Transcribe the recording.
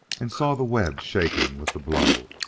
and saw the web shaking with the blow.